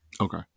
Okay